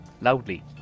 Loudly